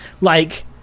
Like-